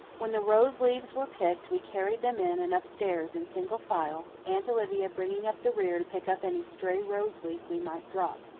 when the rose-leaves were picked, we carried them in and upstairs in single file, aunt olivia bringing up the rear to pick up any stray rose-leaf we might drop.